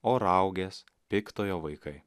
o raugės piktojo vaikai